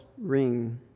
ring